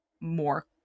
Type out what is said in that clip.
more